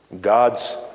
God's